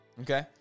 okay